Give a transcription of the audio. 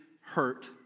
hurt